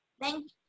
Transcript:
Thank